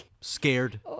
scared